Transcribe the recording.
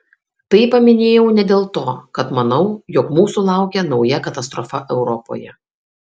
tai paminėjau ne dėl to kad manau jog mūsų laukia nauja katastrofa europoje